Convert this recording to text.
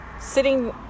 sitting